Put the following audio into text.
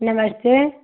नमस्ते